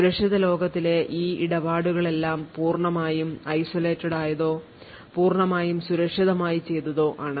സുരക്ഷിത ലോകത്തിലെ ഈ ഇടപാടുകളെല്ലാം പൂർണ്ണമായും isolated ആയതോ പൂർണ്ണമായും സുരക്ഷിതമായി ചെയ്തതോ ആണ്